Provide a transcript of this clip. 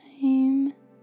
time